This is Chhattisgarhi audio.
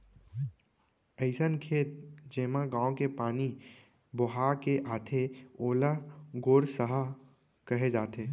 अइसन खेत जेमा गॉंव के पानी बोहा के आथे ओला गोरसहा कहे जाथे